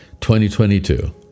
2022